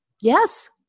Yes